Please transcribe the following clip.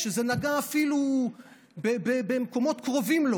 כשזה נגע אפילו במקומות קרובים לו.